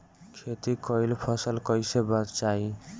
खेती कईल फसल कैसे बचाई?